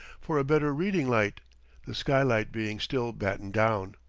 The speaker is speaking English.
for a better reading light the skylight being still battened down.